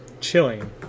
chilling